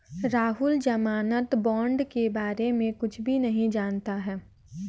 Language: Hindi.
राहुल ज़मानत बॉण्ड के बारे में कुछ भी नहीं जानता है